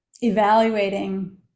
evaluating